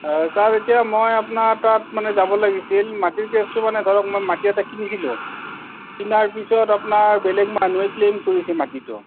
sir এতিয়া মই আপোনাৰ তাত মানে যাব লাগিছিল মাটিৰ কেচটো মানে ধৰক মই মাটি এটা কিনিছিলোঁ কিনাৰ পিছত আপোনাৰ বেলেগ মানুহে ক্লেইম কৰিছে মাটিটো